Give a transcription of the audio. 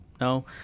No